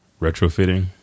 retrofitting